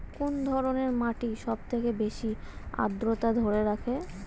কোন ধরনের মাটি সবথেকে বেশি আদ্রতা ধরে রাখে?